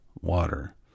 water